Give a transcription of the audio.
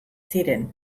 ziren